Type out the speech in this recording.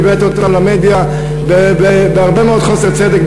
והבאת אותם למדיה בהרבה מאוד חוסר צדק,